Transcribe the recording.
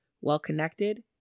well-connected